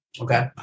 Okay